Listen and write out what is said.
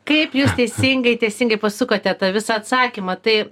kaip jūs teisingai teisingai pasukote tą visą atsakymą tai